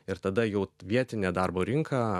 ir tada jau vietinė darbo rinka